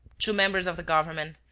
two members of the government,